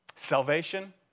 Salvation